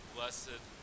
Blessed